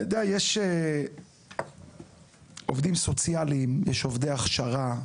יש עובדים סוציאליים, יש עובדי הכשרה.